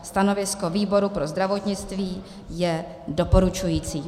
Stanovisko výboru pro zdravotnictví je doporučující.